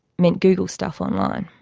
meant google stuff online.